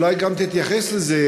אולי גם תתייחס לזה,